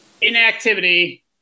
inactivity